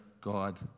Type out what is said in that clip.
God